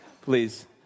please